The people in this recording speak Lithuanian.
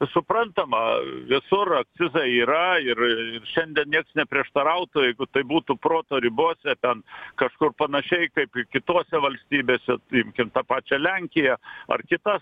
suprantama visur akcizai yra ir šiandien niekas neprieštarautų jeigu tai būtų proto ribose ten kažkur panašiai kaip ir kitose valstybėse imkim tą pačią lenkiją ar kitas